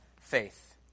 faith